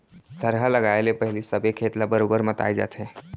थरहा लगाए ले पहिली सबे खेत ल बरोबर मताए जाथे